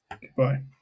Goodbye